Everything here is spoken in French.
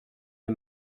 les